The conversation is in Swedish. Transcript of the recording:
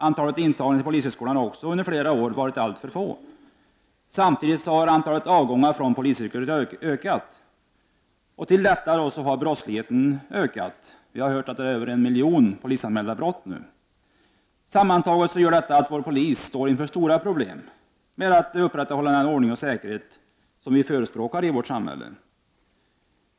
Antalet intagningar till polishögskolan har också under flera år varit alltför litet. Samtidigt har antalet avgångar från polisyrket ökat. Dessutom har brottsligheten ökat. Vi har fått uppgiften att antalet polisanmälda brott nu är uppe i en miljon per år. Sammantaget gör detta att vår polis står inför stora problem med att upprätthålla den ordning och den säkerhet som vi vill ha i vårt samhälle.